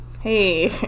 hey